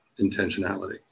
intentionality